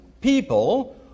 people